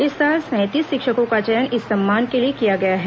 इस साल सैंतीस शिक्षकों का चयन इस सम्मान के लिए किया गया है